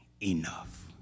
enough